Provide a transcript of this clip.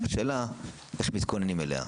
השאלה איך מתכוננים אליה.